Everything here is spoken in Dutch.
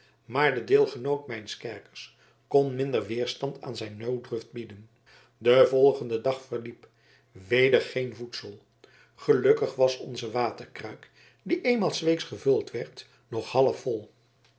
maar de deelgenoot mijns kerkers kon minder weerstand aan zijn nooddruft bieden de volgende dag verliep weder geen voedsel gelukkig was onze waterkruik die eenmaal s weeks gevuld werd nog halfvol